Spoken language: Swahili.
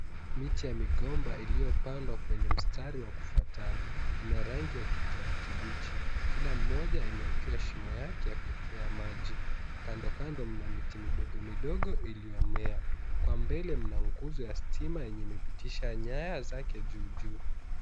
Miche ya migomba iliyopandwa kwenye mstari wa kufuatana. Ina rangi ya kijani kibichi. Kila moja imewekewa shimo yake ya kuwekea maji. Kando kando mna miti midogo midogo iliyomea. Kwa mbele mna nguzo ya stima yenye imepitisha nyaya zake juu juu.